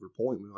point